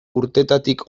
urtetatik